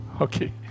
Okay